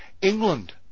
England